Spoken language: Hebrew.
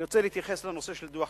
אני רוצה להתייחס לנושא של דוח-גולדסטון.